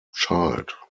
child